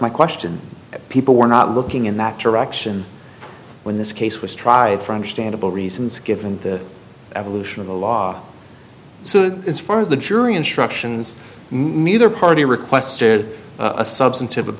my question people were not looking in that direction when this case was tried for understandable reasons given the evolution of the law so far as the jury instructions mother party requested a substantive